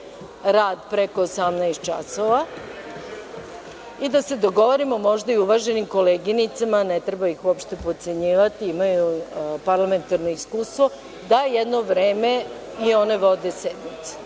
rad preko 18 časova i da se dogovorimo možda i o uvaženim koleginicama, ne treba ih uopšte potcenjivati, imaju parlamentarno iskustvo, da jedno vreme i one vode sednicu.